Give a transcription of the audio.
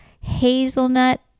Hazelnut